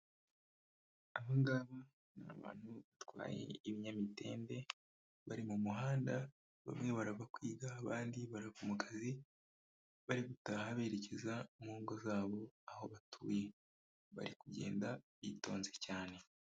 Abangaba ni abantu batwaye ibinyamitende bari mu muhanda, bamwe barava kwiga abandi barava mu kazi, bari gutaha berekeza mu ngo zabo aho batuye bari kugenda bitonze cyane.